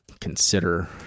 consider